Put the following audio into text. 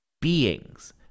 beings